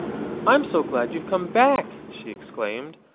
i'm so glad you've come back! she exclaimed.